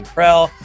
Krell